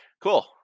Cool